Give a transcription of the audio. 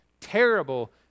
terrible